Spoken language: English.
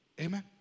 Amen